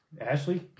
Ashley